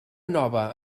nova